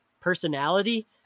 personality